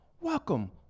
welcome